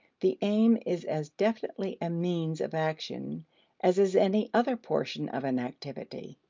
the aim is as definitely a means of action as is any other portion of an activity.